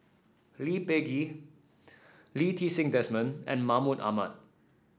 Lee Peh Gee Lee Ti Seng Desmond and Mahmud Ahmad